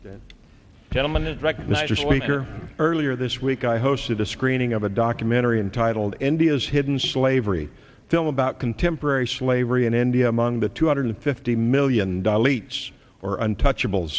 that gentleman is recognized as speaker earlier this week i hosted a screening of a documentary entitled india's hidden slavery film about contemporary slavery in india among the two hundred fifty million dollars each or untouchable